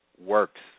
works